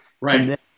Right